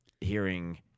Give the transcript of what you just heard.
hearing